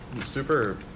super